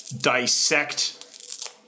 dissect